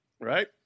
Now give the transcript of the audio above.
right